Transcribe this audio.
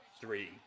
three